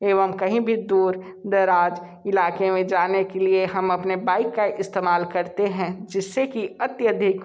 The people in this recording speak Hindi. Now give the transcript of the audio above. एवं कहीं भी दूर दराज़ इलाक़े में जाने के लिए हम अपने बाइक का इस्तेमाल करते हैं जिस से कि अत्यधिक